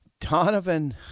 Donovan